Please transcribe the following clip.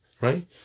Right